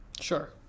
sure